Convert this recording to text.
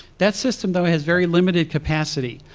that system, though, has very limited capacity.